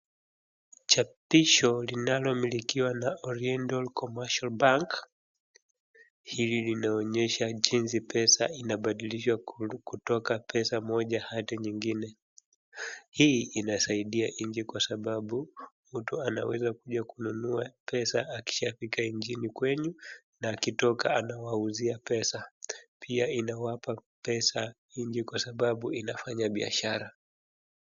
Chapisho linalomilikiwa na Oriental Commercial Bank, hili linaonyesha jinsi pesa inabalidilshwa kutoka pesa moja hadi nyingine. Hii inasaidia nchi kwa sababu, mtu anaweza kuja kununua pesa akishafika nchini kwenu, na akitoka anawauzia pesa. Pia inawapa pesa nchi kwa sababu inafanya biashara.